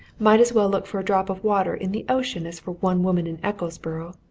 might as well look for a drop of water in the ocean as for one woman in ecclesborough!